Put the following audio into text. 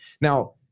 Now